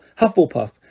Hufflepuff